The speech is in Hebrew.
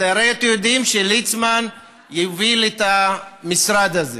הרי אתם יודעים שליצמן הוביל את המשרד הזה,